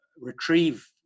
retrieve